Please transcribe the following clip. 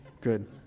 Good